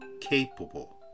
capable